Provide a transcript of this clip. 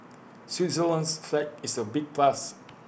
Switzerland's flag is A big plus